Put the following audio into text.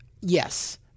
yes